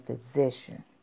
physician